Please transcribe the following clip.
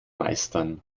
meistern